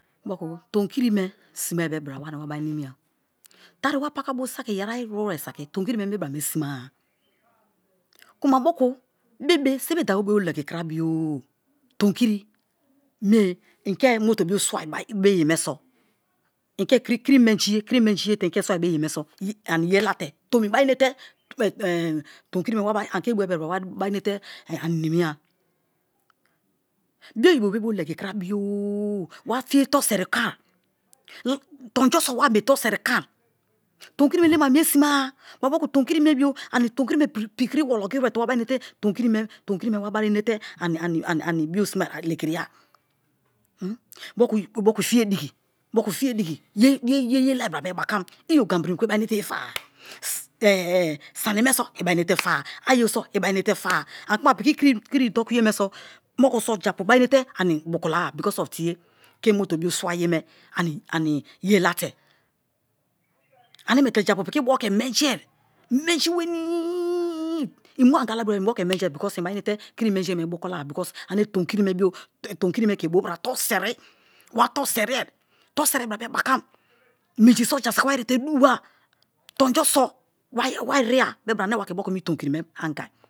moku tonkiri me sime be bra wani wabari nimiya tari wa pakabo saki yeri a iruwe saki tonkiri me mi bra me sima-a bebe sibidabo bo legi krabio-o tonkiri be-e i ke motor bio swai be ye me so i ke kiri menji ye te i keswai be ye me so ani yelate i bari enete tomi kiri me wabari i ke boe bra wa bari ani nimiya. Bio oyibo be bo legi krabio-o wa fiye toru seri koin. tonjo so wa ani be toru seri koin tonkiri me elem ani mie sima-a moku tonkiri me bio ani tonkiri me pikiri wologi nere te wabari inete ani bio simai lekiriya moku fiye diki, moku fiye diki yeye ye lai bra me bakam i ogambri mu kuma i bari inete ye fara sani me so i bari inete fa-a ayo me so i bari inete fa-a ani kuma piki kiri dokuye me so moku so japu bari inete ani bukulo-a because of tie ke motor bio swa ye me ani ye late. Ane miete japu piki bwo ke men jie menji weniii i mu anga ala were i bwo ke menjie because i bari i mete kiri menji yeme bukulo-a because ane tonkiri me bio tonkiri me ke bo bra toruseri wa toruserie, toruse rie me bra me bakam, minji so jasaki wa erite buwa, tonjo so wa eriya be bra moku wa ke mi tomikiri me angai.